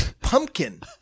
pumpkin